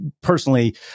personally